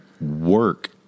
work